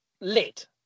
lit